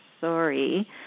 Sorry